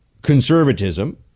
conservatism